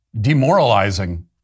demoralizing